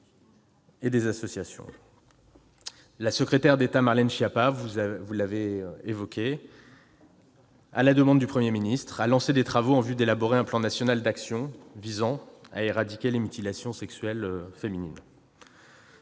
et des associations. La secrétaire d'État Marlène Schiappa a lancé, à la demande du Premier ministre, des travaux en vue d'élaborer un plan national d'action visant à éradiquer les mutilations sexuelles féminines.